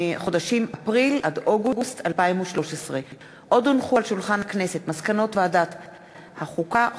מחודשים אפריל עד אוגוסט 2013. מסקנות ועדת החוקה,